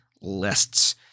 lists